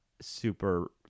super